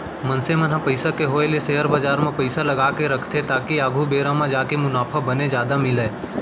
मनसे मन ह पइसा के होय ले सेयर बजार म पइसा लगाके रखथे ताकि आघु बेरा म जाके मुनाफा बने जादा मिलय